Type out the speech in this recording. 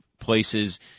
places